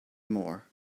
more